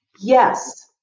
yes